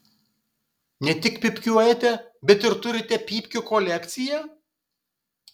ne tik pypkiuojate bet ir turite pypkių kolekciją